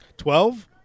Twelve